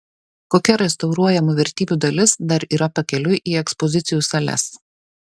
kokia restauruojamų vertybių dalis dar yra pakeliui į ekspozicijų sales